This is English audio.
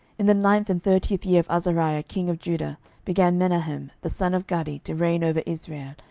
in the nine and thirtieth year of azariah king of judah began menahem the son of gadi to reign over israel,